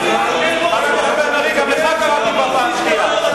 גם אותך קראתי כבר פעם שנייה.